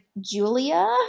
Julia